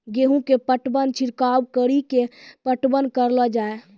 गेहूँ के पटवन छिड़काव कड़ी के पटवन करलो जाय?